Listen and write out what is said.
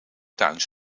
tuin